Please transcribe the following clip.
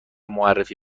معرفی